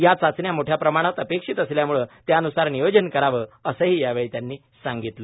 या चाचण्या मोठ्याप्रमाणात अपेक्षित असल्याम्ळे त्यान्सार नियोजन करावे असंही यावेळी त्यांनी सांगितलं